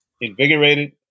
invigorated